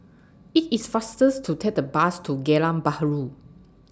IT IS faster to Take The Bus to Geylang Bahru